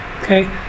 okay